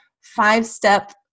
five-step